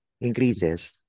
increases